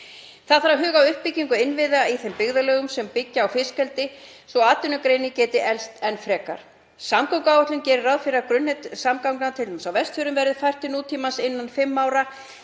Það þarf að huga að uppbyggingu innviða í þeim byggðarlögum sem byggja á fiskeldi svo að atvinnugreinin geti eflst enn frekar. Samgönguáætlun gerir ráð fyrir að grunnnet samgangna, t.d. á Vestfjörðum, verði fært til nútímans innan fimm ára